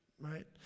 Right